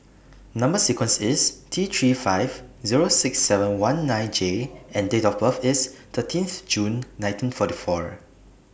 Number sequence IS T three five Zero six seven one nine J and Date of birth IS thirteenth June nineteen forty four